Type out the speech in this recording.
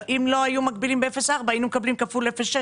אם לא היו מגבילים ב-0.4 היינו מקבלים כפול 0.6,